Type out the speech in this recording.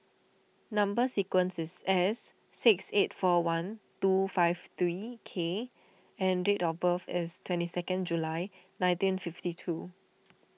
Number Sequence is S six eight four one two five three K and date of birth is twenty second July nineteen fifty two